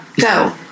Go